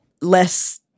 less